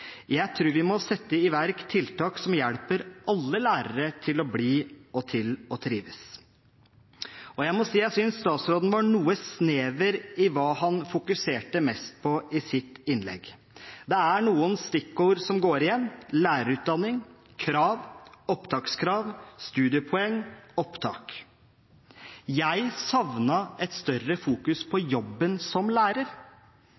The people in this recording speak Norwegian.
Jeg tror vi må sette i verk tiltak som hjelper alle lærere til å bli og til å trives. Jeg må si jeg synes statsråden var noe snever i hva han fokuserte mest på i sitt innlegg. Det er noen stikkord som går igjen: lærerutdanning, krav, opptakskrav, studiepoeng, opptak. Jeg savner et større fokus på jobben som lærer.